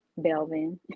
Belvin